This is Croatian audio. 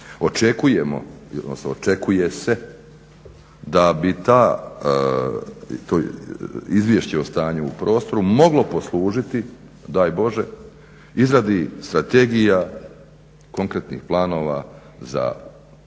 Očekujemo, odnosno očekuje se da bi to Izvješće o stanju u prostoru moglo poslužiti, daj Bože, izradi strategija, konkretnih planova koji